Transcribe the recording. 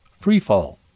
freefall